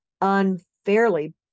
unfairly